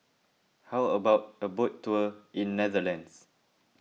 how about a boat tour in Netherlands